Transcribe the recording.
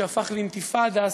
שהפך אינתיפאדה,